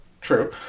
true